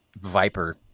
Viper